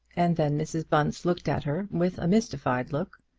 and then mrs. bunce looked at her with a mystified look.